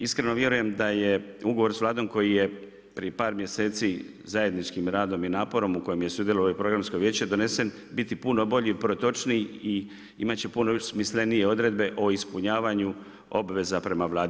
Iskreno vjerujem da je ugovor sa Vladom koji je prije par mjeseci zajedničkim radom i naporom u kojem je sudjelovao ovo Programsko vijeće donesen biti puno bolji, protočniji i imat će puno smislenije odredbe o ispunjavanju obveza prema Vladi.